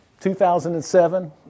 2007